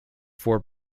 four